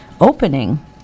opening